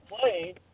play